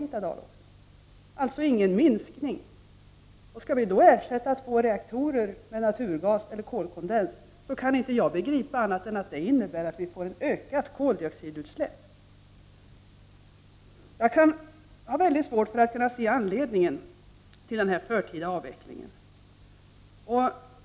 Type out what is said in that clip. Det blir alltså ingen minskning. Skall vi då ersätta två reaktorer med naturgas eller kolkondens kan jag inte begripa annat än att det innebär att vi får ett ökat koldioxidutsläpp. Jag har mycket svårt att se anledningen till den här förtida avvecklingen.